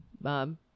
Bob